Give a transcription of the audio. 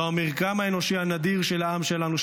זהו המרקם האנושי הנדיר של העם שלנו,